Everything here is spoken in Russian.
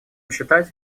считать